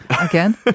again